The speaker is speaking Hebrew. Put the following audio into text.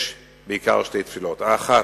יש בעיקר שתי תפילות, האחת: